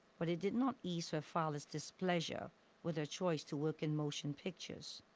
but it did not ease her father's displeasure with her choice to work in motion pictures.